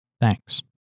Thanks